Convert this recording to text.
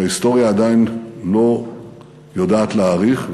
שההיסטוריה עדיין לא יודעת להעריך,